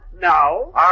No